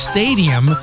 Stadium